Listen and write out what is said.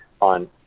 on